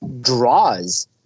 draws